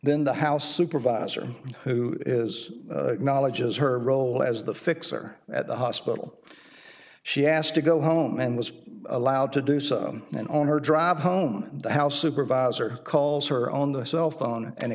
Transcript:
then the house supervisor who is knowledge of her role as the fixer at the hospital she asked to go home and was allowed to do so and on her drive home the house supervisor calls her on the cell phone and